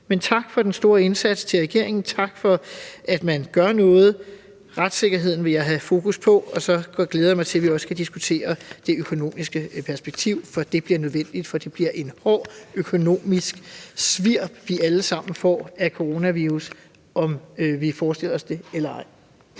for den store indsats, tak for, at man gør noget. Jeg vil have fokus på retssikkerheden, og så glæder jeg mig til, at vi også skal diskutere det økonomiske perspektiv, og det bliver nødvendigt, for det bliver et hårdt økonomisk svirp, vi alle sammen får af coronavirus, hvad enten vi forestiller os det eller ej.